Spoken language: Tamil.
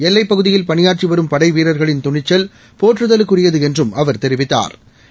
எல்லைப்பகுதியில் பணியாற்றிவரும் படைவீரர்களின் துணிச்சல் போற்றதலுக்குரியதுஎன்றும் அவர் தெரிவித்தா்